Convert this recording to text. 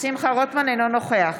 אינו נוכח